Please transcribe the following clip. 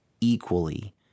equally